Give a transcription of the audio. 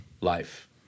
Life